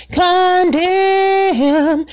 condemn